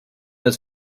ist